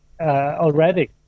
already